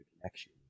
connection